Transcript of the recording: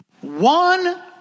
One